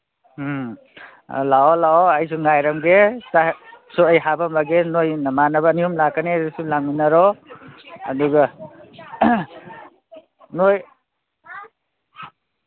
ꯎꯝ ꯑꯥ ꯂꯥꯛꯑꯣ ꯂꯥꯛꯑꯣ ꯑꯩꯁꯨ ꯉꯥꯏꯔꯝꯒꯦ ꯆꯥꯛꯁꯨ ꯑꯩ ꯍꯥꯞꯄꯝꯃꯒꯦ ꯅꯣꯏ ꯅꯃꯥꯟꯅꯕ ꯑꯅꯤ ꯑꯍꯨꯝ ꯂꯥꯛꯀꯅꯦ ꯍꯥꯏꯗꯨꯁꯨ ꯂꯥꯛꯃꯤꯟꯅꯔꯣ ꯑꯗꯨꯒ ꯅꯣꯏ